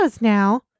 now